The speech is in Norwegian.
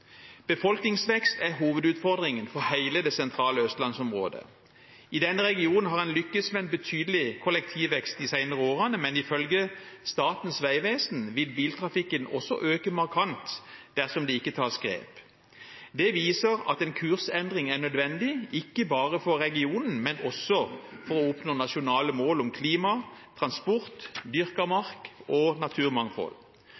Befolkningsvekst er hovedutfordringen for hele det sentrale østlandsområdet. I denne regionen har en lyktes med en betydelig kollektivvekst de senere årene, men ifølge Statens vegvesen vil biltrafikken også øke markant dersom det ikke tas grep. Det viser at en kursendring er nødvendig, ikke bare for regionen, men for å oppnå nasjonale mål om klima, transport,